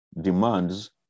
demands